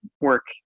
work